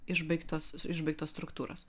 išbaigtos išbaigtos struktūros